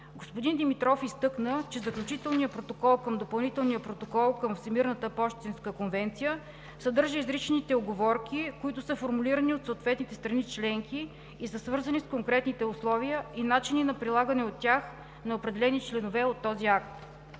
Господин Димитров изтъкна, че Заключителният протокол към Допълнителния протокол към Всемирната пощенски конвенция съдържа изричните уговорки, които са формулирани от съответните страни членки и са свързани с конкретните условия и начини на прилагане от тях на определени членове от този акт.